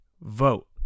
vote